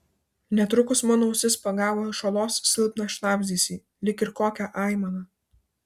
netrukus mano ausis pagavo iš olos silpną šnabždesį lyg ir kokią aimaną